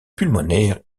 pulmonaire